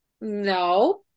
no